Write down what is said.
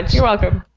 you're welcome.